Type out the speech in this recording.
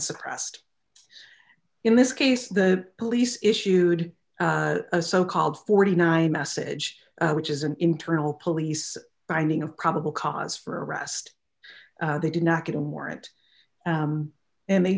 suppressed in this case the police issued a so called forty nine message which is an internal police finding of probable cause for arrest they did not get him warrant and they